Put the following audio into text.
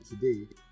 today